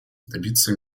добиться